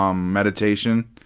um meditation.